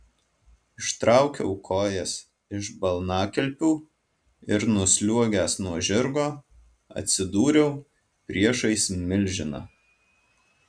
ištraukiau kojas iš balnakilpių ir nusliuogęs nuo žirgo atsidūriau priešais milžiną